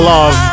Love